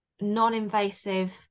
non-invasive